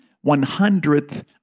one-hundredth